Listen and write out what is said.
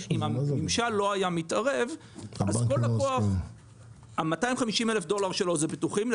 אם הממשל לא היה מתערב אז ה-250 אלף דולר של כל לקוח הם בטוחים.